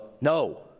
No